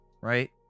right